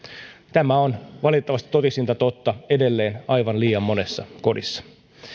tämä on valitettavasti totisinta totta edelleen aivan liian monessa kodissa